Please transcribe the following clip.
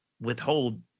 withhold